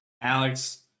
Alex